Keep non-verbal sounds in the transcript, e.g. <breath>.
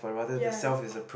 ya <breath>